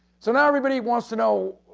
so now everybody wants to know